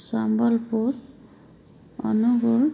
Sambalpur Angul